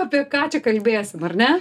apie ką čia kalbėsim ar ne